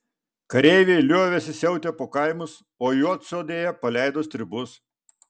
kareiviai liovėsi siautę po kaimus o juodsodėje paleido stribus